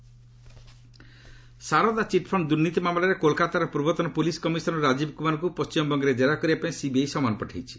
CBI Rajeev Saradha chit fund ଦୁର୍ନୀତି ମାମଲାରେ କୋଲକାତାର ପୂର୍ବତନ ପୁଲିସ୍ କମିଶନର ରାଜୀବ କୁମାରଙ୍କୁ ପଶ୍ଚିମବଙ୍ଗରେ ଜେରା କରିବା ପାଇଁ ସିବିଆଇ ସମନ ପଠାଇଛି